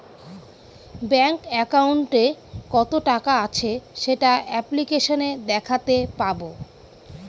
bank একাউন্টে কত টাকা আছে সেটা অ্যাপ্লিকেসনে দেখাতে পাবো